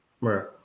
Right